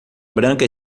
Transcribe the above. branca